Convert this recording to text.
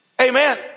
Amen